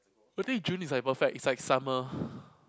who think June is like a perfect it's like summer